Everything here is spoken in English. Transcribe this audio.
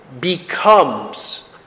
becomes